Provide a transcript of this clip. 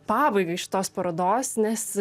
pabaigai iš šitos parodos nes